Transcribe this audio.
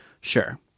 Sure